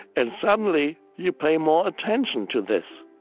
and suddenly you pay more attention to this